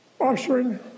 ushering